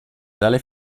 dalle